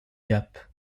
gap